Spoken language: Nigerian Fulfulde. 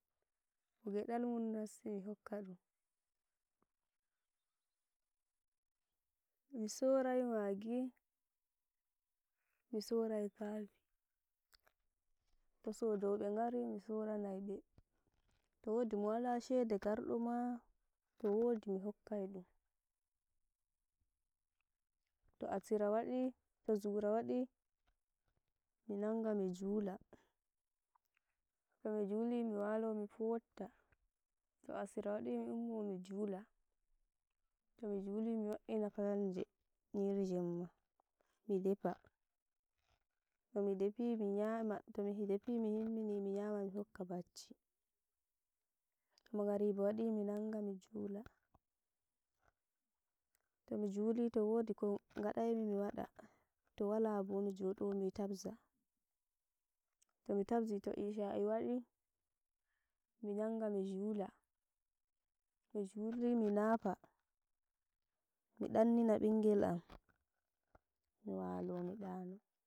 Mo geɗal mum nassi mi hokka dum, mi sorai magi, misorai kafi to sodoɓe ngari misoranai ɓe towodi mowala shede garɗo maa towodi mohakkai ɗum, to asira waɗi, to zura waɗi minanga mijula tomi juli miwalo mi fofta. To asira waɗi mi ummo mi jula tomi juli mi wa'ina fayande nyiri Jemma, mi defa, tomi defi mi nyama, tomi defi mi himmini mi nyama mi hokka bacci to magariba waɗi minanga mijula tomi juli to wadi ko gadai mi wada. To walabo mi joɗo mi tabza, tomi tabzi to isha'i waɗi mi nanga mi jula to mi juli minafa mi ɗannina ɓingel am miwalo mi ɗano.